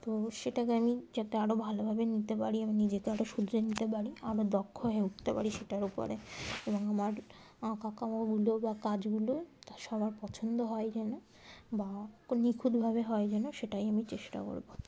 তো সেটাকে আমি যাতে আরও ভালোভাবে নিতে পারি আমি নিজেকে আরও শুধরে নিতে পারি আরও দক্ষ হয়ে উঠতে পারি সেটার উপরে এবং আমার আঁকাগুলো বা কাজগুলো তা সবার পছন্দ হয় যেন বা খুব নিখুঁতভাবে হয় যেন সেটাই আমি চেষ্টা করব